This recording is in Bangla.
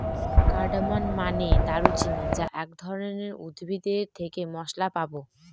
কার্ডামন মানে দারুচিনি যা এক ধরনের উদ্ভিদ এর থেকে মসলা পাবো